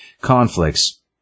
conflicts